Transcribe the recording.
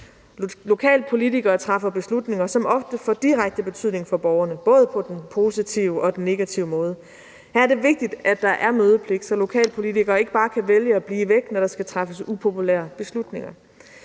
Lokalpolitikere træffer beslutninger, som ofte får direkte betydning for borgerne, både på den positive og den negative måde. Her er det vigtigt, at der er mødepligt, så lokalpolitikere ikke bare kan vælge at blive væk, når der skal træffes upopulære beslutninger.